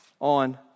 on